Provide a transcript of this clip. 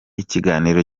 ikiganiro